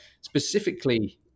specifically